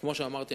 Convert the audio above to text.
כמו שאמרתי,